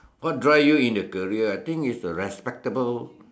what draw you in the career I think it's the respectable